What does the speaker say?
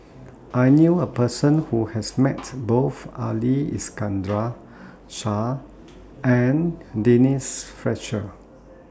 I knew A Person Who has Met Both Ali Iskandar Shah and Denise Fletcher